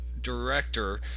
director